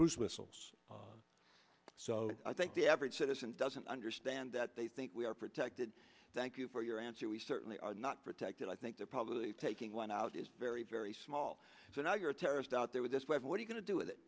cruise missiles so i think the average citizen doesn't understand that they think we are protected thank you for your answer we certainly are not protected i think they're probably taking one out is very very small so now you're a terrorist out there with this weapon what you going to do with it